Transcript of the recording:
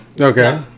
Okay